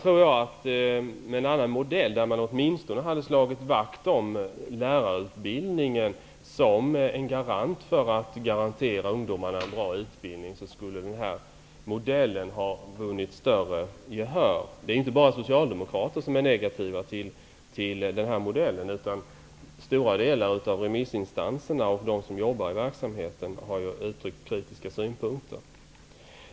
Med en annan modell, där man åtminstone slår vakt om lärarutbildningen som en garant för bra utbildning åt ungdomarna, skulle det här förslaget vunnit större gehör. Det är inte bara socialdemokrater som är negativa till den här modellen, utan många remissinstanser och de som jobbar i verksamheten har uttryckt kritiska synpunkter.